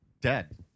Dead